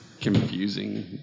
confusing